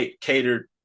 catered